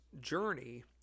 journey